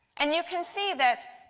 and you can see that,